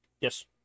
Yes